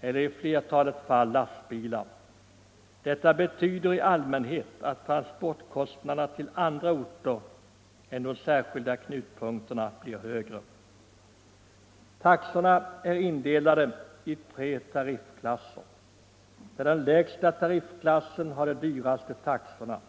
eller, i flertalet fall, med lastbilar. Detta betyder i allmänhet att transportkostnaderna till andra orter än de särskilda knutpunkterna blir högre. Taxorna är indelade i tre tariffklasser, där den lägsta klassen har de dyraste taxorna.